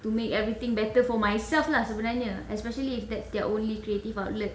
to make everything better for myself lah sebenarnya especially if that's their only creative outlet